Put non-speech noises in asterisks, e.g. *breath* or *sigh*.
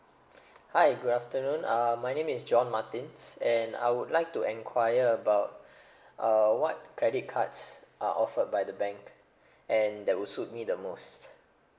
hi good afternoon uh my name is john martins and I would like to enquire about *breath* uh what credit cards are offered by the bank and that will suit me the most